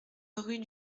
rue